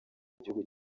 igihugu